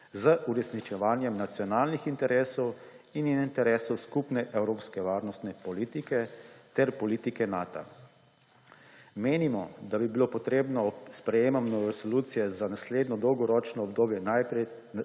z uresničevanjem nacionalnih interesov in interesov skupne evropske varnostne politike ter politike Nata. Menimo, da bi bilo treba pred sprejetjem resolucije za naslednje dolgoročno obdobje najprej